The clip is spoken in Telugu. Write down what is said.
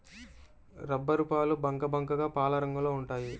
రబ్బరుపాలు బంకబంకగా పాలరంగులో ఉంటాయి